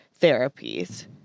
therapies